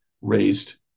raised